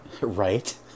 right